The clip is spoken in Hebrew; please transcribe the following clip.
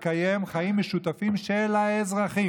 לקיים חיים משותפים של האזרחים.